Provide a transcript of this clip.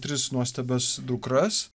tris nuostabias dukras